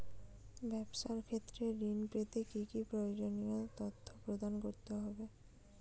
ব্যাবসা ক্ষেত্রে ঋণ পেতে কি কি প্রয়োজনীয় তথ্য প্রদান করতে হবে?